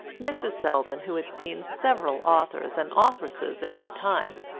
mrs selldon, who had seen several authors and authoresses in her time,